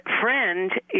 friend